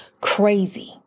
crazy